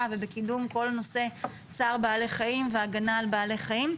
ובקידום כל נושא צער בעלי חיים והגנה על בעלי חיים.